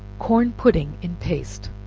corn pudding in paste.